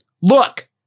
Look